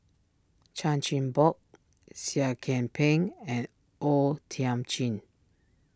Chan Chin Bock Seah Kian Peng and O Thiam Chin